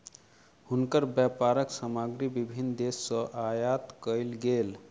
हुनकर व्यापारक सामग्री विभिन्न देस सॅ आयात कयल गेल